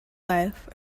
life